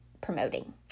promoting